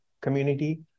community